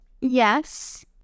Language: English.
Yes